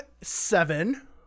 seven